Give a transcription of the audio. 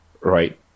right